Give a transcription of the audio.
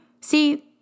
See